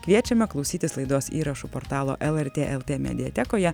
kviečiame klausytis laidos įrašų portalo elartė eltė mediatekoje